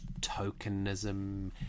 tokenism